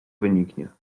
wyniknie